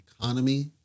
economy